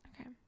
Okay